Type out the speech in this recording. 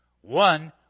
One